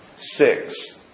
six